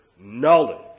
knowledge